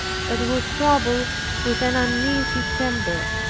but was troubled with an uneasy temper